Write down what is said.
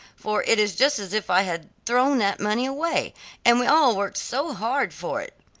for it is just as if i had thrown that money away and we all worked so hard for it.